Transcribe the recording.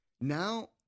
Now